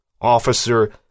Officer